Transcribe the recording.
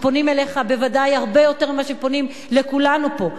שפונים אליך בוודאי הרבה יותר מאשר פונים לכולנו פה,